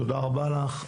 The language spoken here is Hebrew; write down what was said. תודה רבה לך.